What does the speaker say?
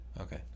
Okay